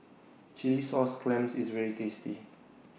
Chilli Sauce Clams IS very tasty